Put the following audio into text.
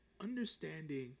understanding